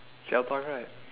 xiao-fang right